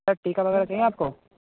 sir टीका वगैरह दें आपको